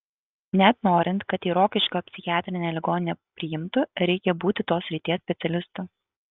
net norint kad į rokiškio psichiatrinę ligoninę priimtų reikia būti tos srities specialistu